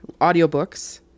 audiobooks